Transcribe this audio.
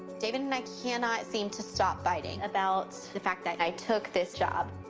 david and i cannot seem to stop fighting about the fact that i took this job.